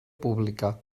pública